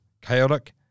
Chaotic